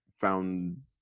found